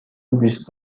بیست